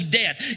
death